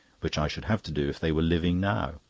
which i should have to do if they were living now.